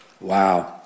Wow